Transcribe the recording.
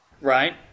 right